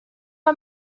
are